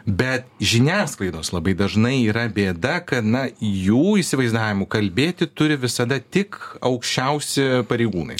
bet žiniasklaidos labai dažnai yra bėda kad na jų įsivaizdavimu kalbėti turi visada tik aukščiausi pareigūnai